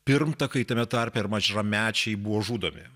pirmtakai tame tarpe ir mažamečiai buvo žudomi